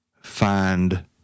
find